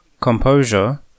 Composure